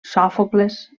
sòfocles